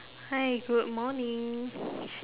hi good morning